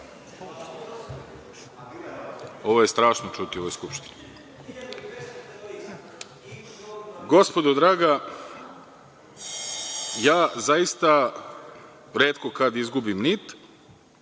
ovo je strašno čuti u ovoj Skupštini. Gospodo draga, ja zaista retko kad izgubim nit,